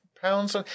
pounds